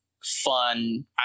fun